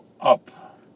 up